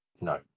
No